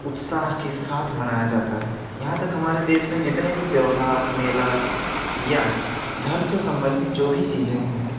उत्साह के साथ मनाया जाता है यहाँ तक हमारे देश में जितने भी त्यौहार मेला या धर्म से सम्बन्धित जो भी चीज़ें हैं